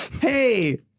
Hey